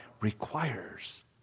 requires